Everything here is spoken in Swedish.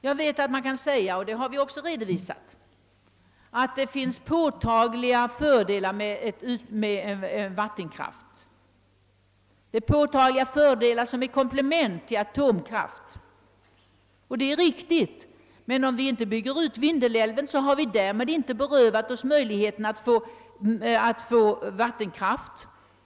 Jag vet att man kan säga — och det har vi också redovisat — att det finns påtagliga fördelar med vattenkraft som komplement till atomkraft. Det är riktigt, men om vi inte bygger ut Vindelälven, har vi inte berövat oss möjligheter att få vattenkraft.